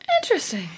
Interesting